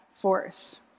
force